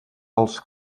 als